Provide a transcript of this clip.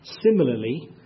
similarly